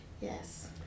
Yes